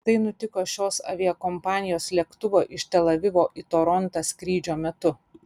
tai nutiko šios aviakompanijos lėktuvo iš tel avivo į torontą skrydžio metu